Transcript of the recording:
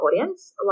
audience